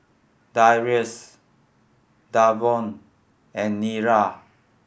Darrius Davon and Nira